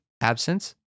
absence